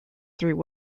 through